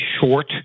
short